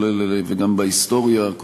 וגם בהיסטוריה,